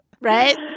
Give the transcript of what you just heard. right